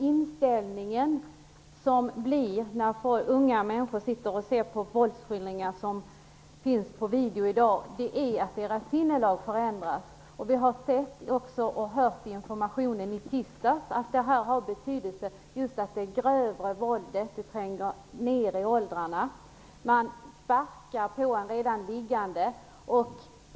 Resultatet av att unga människor ser på våldsskildringar som finns på video är att deras sinnelag förändras. Vi fick i tisdag information om att detta har betydelse och leder till att det grövre våldet tränger ner i åldrarna. Man sparkar på en redan liggande.